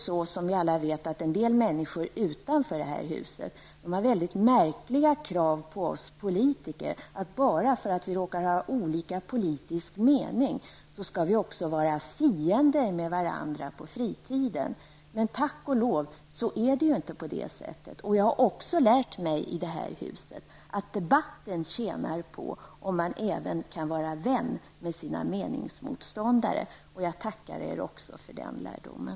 Som alla vet, har en del människor utanför det här huset väldigt märkliga krav på oss politiker, att bara för att vi råkar ha olika politisk mening skall vi också vara fiender med varandra på fritiden. Men tack och lov är det ju inte på det sättet. Jag har lärt mig i det här huset att debatten tjänar på om man även kan vara vän med sina meningsmotståndare. Jag tackar er också för den lärdomen.